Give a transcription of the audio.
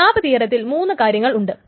cap തിയറത്തിൽ മൂന്ന് കാര്യങ്ങൾ ഉണ്ട്